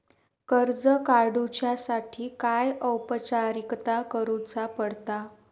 कर्ज काडुच्यासाठी काय औपचारिकता करुचा पडता?